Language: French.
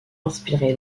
inspiré